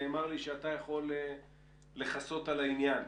נאמר לי שאתה יכול לכסות על העניין.